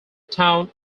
town